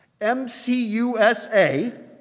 MCUSA